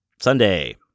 Sunday